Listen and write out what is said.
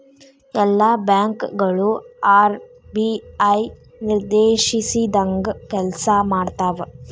ಎಲ್ಲಾ ಬ್ಯಾಂಕ್ ಗಳು ಆರ್.ಬಿ.ಐ ನಿರ್ದೇಶಿಸಿದಂಗ್ ಕೆಲ್ಸಾಮಾಡ್ತಾವು